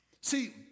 See